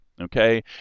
Okay